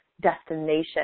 destination